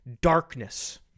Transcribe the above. darkness